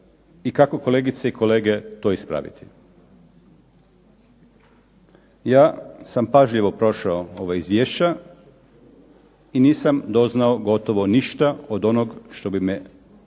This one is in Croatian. i kako kolegice i kolege to ispraviti. Ja sam pažljivo prošao ova izvješća i nisam doznao gotovo ništa od onog što bi me konkretno,